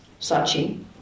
Sachi